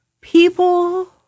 people